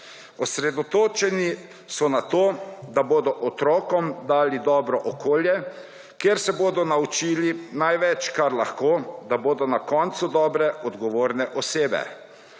Osredotočeni so na to, da bodo otrokom dali dobro okolje, kjer se bodo naučili največ, kar lahko, da bodo na koncu dobre odgovorne osebe.